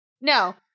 No